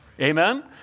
Amen